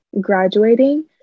graduating